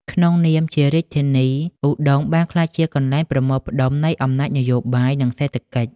ក្នុងនាមជារាជធានី ឧដុង្គបានក្លាយជាកន្លែងប្រមូលផ្តុំនៃអំណាចនយោបាយ និងសេដ្ឋកិច្ច។